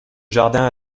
jardin